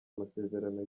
amasezerano